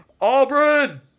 Auburn